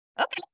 okay